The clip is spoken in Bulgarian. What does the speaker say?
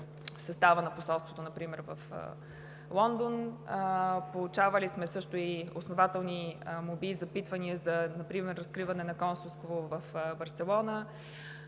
на посолството в Лондон. Получавали сме също основателни молби и запитвания, например за разкриване на консулство в Барселона.